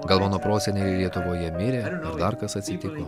gal mano proseneliai lietuvoje mirė dar kas atsitiko